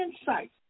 Insight